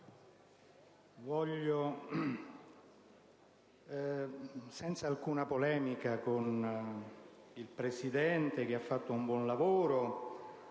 senza alcuna polemica con il Presidente, che ha svolto un buon lavoro,